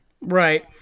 right